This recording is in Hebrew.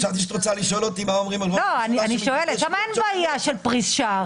שם הרי אין בעיה של פרישה.